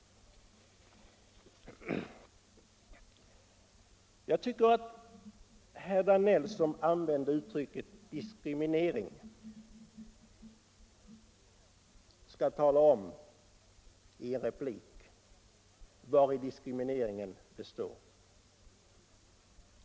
Jag tycker att herr Danell som använde uttrycket diskriminering, skall tala om i en replik vari diskrimineringen består.